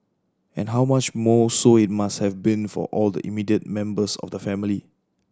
and how much more so it must have been for all the immediate members of the family